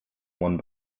one